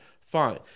Fine